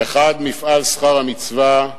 האחד, מפעל "שכר המצווה".